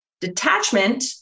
Detachment